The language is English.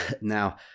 Now